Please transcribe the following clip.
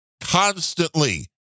constantly